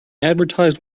advertised